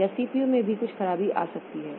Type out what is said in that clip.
या सीपीयू में भी कुछ खराबी आ सकती है